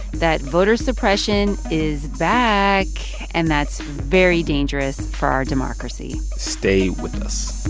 that voter suppression is back, and that's very dangerous for our democracy stay with us